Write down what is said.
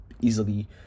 easily